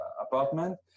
apartment